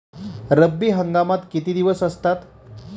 रब्बी हंगामात किती दिवस असतात?